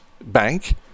bank